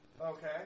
Okay